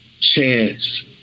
chance